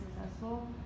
successful